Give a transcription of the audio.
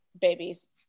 babies